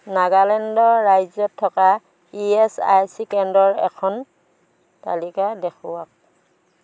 নাগালেণ্ড ৰাজ্যত থকা E S I C কেন্দ্ৰৰ এখন তালিকা দেখুৱাওক